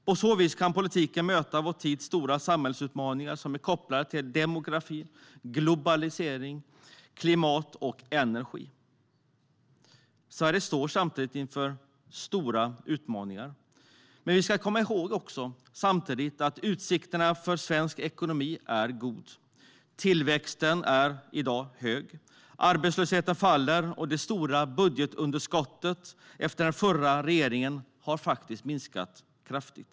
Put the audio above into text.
På så vis kan politiken möta vår tids stora samhällsutmaningar, som är kopplade till demografi, globalisering, klimat och energi. Sverige står samtidigt inför stora utmaningar. Vi ska dock komma ihåg att utsikterna för svensk ekonomi är goda. Tillväxten är i dag hög. Arbetslösheten faller, och det stora budgetunderskottet efter den förra regeringen har faktiskt minskat kraftigt.